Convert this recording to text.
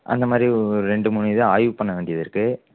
அந்த மாதிரி ஒரு ரெண்டு மூணு இதை ஆய்வு பண்ண வேண்டியது இருக்கு